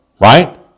right